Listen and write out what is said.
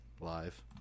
live